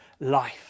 life